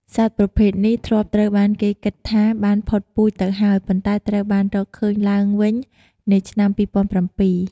សត្វប្រភេទនេះធ្លាប់ត្រូវបានគេគិតថាបានផុតពូជទៅហើយ ប៉ុន្តែត្រូវបានរកឃើញឡើងវិញនៅឆ្នាំ ២០០៧ ។